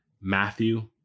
Matthew